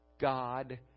God